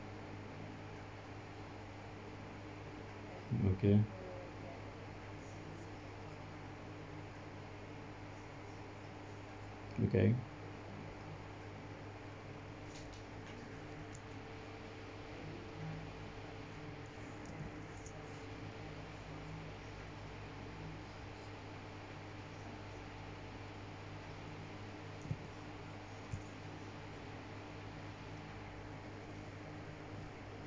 okay okay